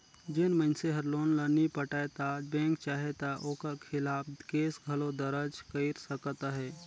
जेन मइनसे हर लोन ल नी पटाय ता बेंक चाहे ता ओकर खिलाफ केस घलो दरज कइर सकत अहे